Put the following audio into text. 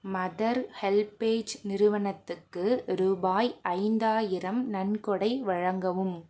mother HelpAge நிறுவனத்துக்கு ரூபாய் ஐந்தாயிரம் நன்கொடை வழங்கவும்